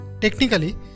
Technically